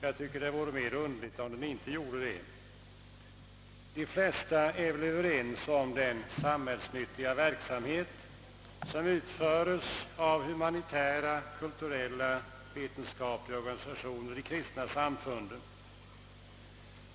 Jag tycker att det vore mera underligt, om de inte gjorde det. De flesta av oss är väl överens om den samhällsnyttiga verksamhet som utföres av humanitära, kulturella och vetenskapliga organisationer samt kristna samfund.